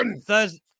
Thursday